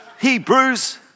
Hebrews